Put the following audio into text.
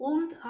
Und